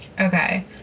Okay